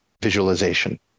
visualization